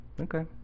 okay